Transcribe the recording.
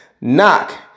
Knock